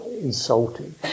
insulting